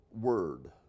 word